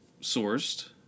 sourced